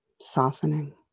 Softening